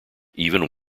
even